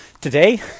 Today